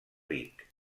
ric